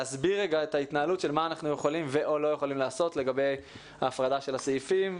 להסביר את מה אנחנו יכולים ו/או לא יכולים לעשות לגבי הפרדת הסעיפים,